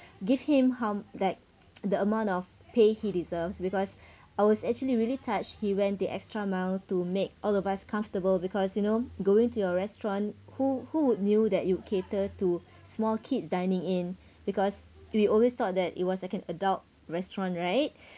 give him harm~ like the amount of pay he deserves because I was actually really touched he went the extra mile to make all of us comfortable because you know going to your restaurant who who would knew that you cater to small kids dining in because we always thought that it was an adult restaurant right